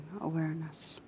awareness